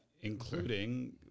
including